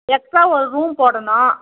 extra ஒரு room போடணும்